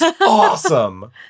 awesome